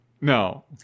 No